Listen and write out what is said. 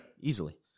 easily